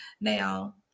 now